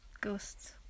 Ghosts